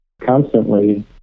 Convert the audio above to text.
constantly